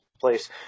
place